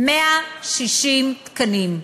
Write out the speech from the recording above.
160 תקנים.